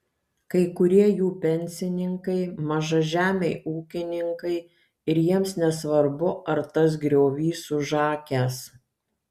kai kurie jų pensininkai mažažemiai ūkininkai ir jiems nesvarbu ar tas griovys užakęs